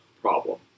problem